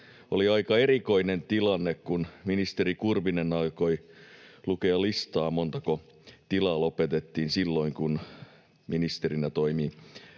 oli aika erikoinen tilanne, kun ministeri Kurvinen aikoi lukea listaa siitä, montako tilaa lopetettiin silloin, kun ministerinä toimi